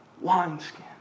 wineskin